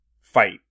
fight